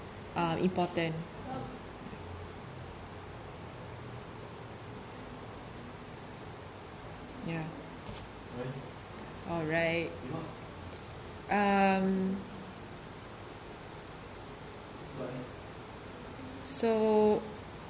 uh important ya oh right um so